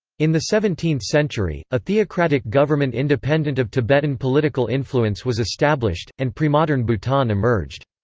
in the seventeenth century, a theocratic government independent of tibetan political influence was established, and premodern bhutan emerged.